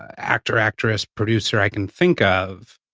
actor actress producer i can think of,